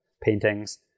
paintings